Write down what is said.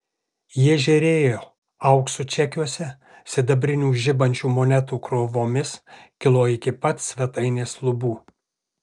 jie žėrėjo auksu čekiuose sidabrinių žibančių monetų krūvomis kilo iki pat svetainės lubų